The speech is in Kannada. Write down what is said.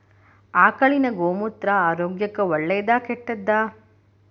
ಆಕಳಿನ ಗೋಮೂತ್ರ ಆರೋಗ್ಯಕ್ಕ ಒಳ್ಳೆದಾ ಕೆಟ್ಟದಾ?